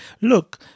look